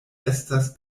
estas